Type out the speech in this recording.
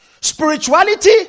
Spirituality